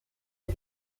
per